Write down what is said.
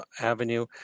avenue